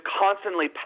constantly